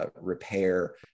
repair